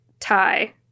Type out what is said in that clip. tie